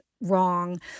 wrong